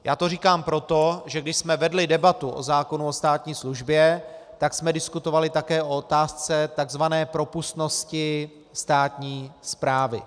Já to říkám proto, že když jsme vedli debatu o zákonu o státní službě, tak jsme diskutovali také o otázce takzvané propustnosti státní správy.